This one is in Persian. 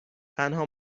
تنها